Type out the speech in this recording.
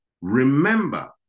remember